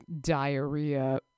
diarrhea